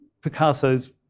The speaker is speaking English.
Picasso's